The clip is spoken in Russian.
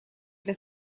для